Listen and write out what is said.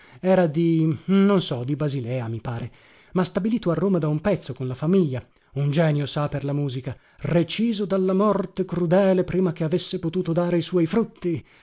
era di non so di basilea mi pare ma stabilito a roma da un pezzo con la famiglia un genio sa per la musica reciso dalla morte crudele prima che avesse potuto dare i suoi frutti